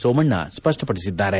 ಸೋಮಣ್ಣ ಸ್ಪಷ್ಟಪಡಿಸಿದ್ದಾರೆ